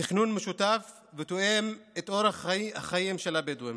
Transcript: תכנון משותף שתואם את אורח החיים של הבדואים,